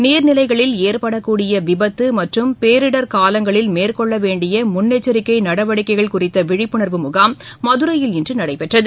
நீர்நிலைகளில் ஏற்படக்கூடிய விபத்து மற்றும் பேரிடர் காலங்களில் மேற்கொள்ள வேண்டிய முன்னெச்சரிக்கை நடவடிக்கைகள் குறித்து விழிப்புணர்வு முகாம் மதுரையில் இன்று நடைபெற்றது